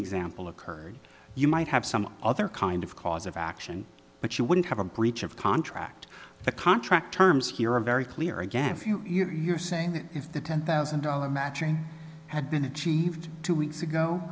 example occurred you might have some other kind of cause of action but you wouldn't have a breach of contract the contract terms here are very clear again if you're saying that if the ten thousand dollars matching had been achieved two weeks ago